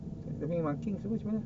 dia punya marking semua macam mana